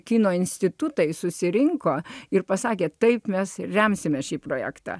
kino institutai susirinko ir pasakė taip mes remsime šį projektą